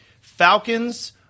Falcons